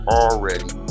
already